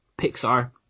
Pixar